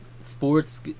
sports